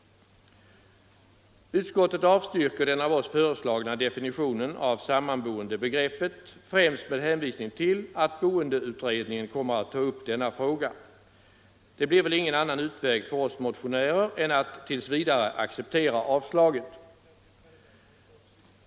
Utskottet avstyrker den av oss föreslagna definitionen av sammanboendebegreppet främst med hänvisning till att boendeutredningen kommer att ta upp denna fråga. Det blir väl ingen annan utväg för oss motionärer än att tills vidare acceptera avstyrkandet.